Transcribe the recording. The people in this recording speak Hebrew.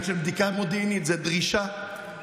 מה הקריטריון למי שקובע לאן